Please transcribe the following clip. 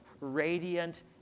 radiant